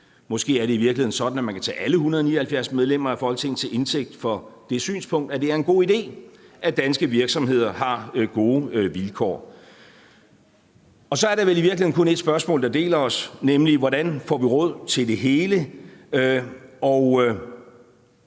Måske er det i virkeligheden sådan, at man kan tage alle 179 medlemmer af Folketinget til indtægt for det synspunkt, at det er en god idé, at danske virksomheder har gode vilkår. Så er der vel i virkeligheden kun ét spørgsmål, der deler os, nemlig: Hvordan får vi råd til det hele?